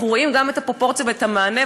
אנחנו רואים גם את הפרופורציה ואת המענה,